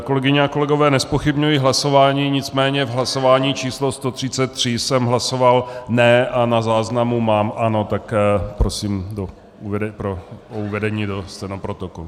Kolegyně, kolegové, nezpochybňuji hlasování, nicméně v hlasování číslo 133 jsem hlasoval ne, a na záznamu mám ano, tak prosím o uvedení do stenoprotokolu.